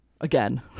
Again